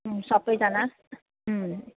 सबैजना